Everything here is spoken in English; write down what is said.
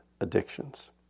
addictions